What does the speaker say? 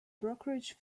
brokerage